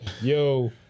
yo